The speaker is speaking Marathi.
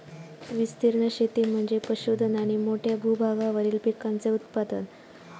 विस्तीर्ण शेती म्हणजे पशुधन आणि मोठ्या भूभागावरील पिकांचे उत्पादन